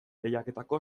lehiaketako